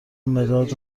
مداد